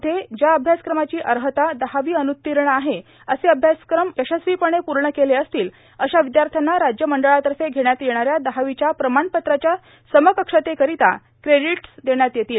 मध्ये ज्या अभ्यासक्रमाची अर्इता दहावी अनत्तीर्ण आहे असे अभ्यासक्रम यशस्वीपणे पूर्ण केले असतील अशा विद्यार्थ्यांना राज्य मंडळातर्फे घेण्यात येणाऱ्या दहावीच्या प्रमाणपत्राच्या समकश्वतेकरीता क्रेडिटस देण्यात येतील